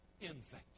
infected